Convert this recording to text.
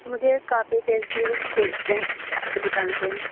मुझे copy pencil और चाहिए आपकी दुकान से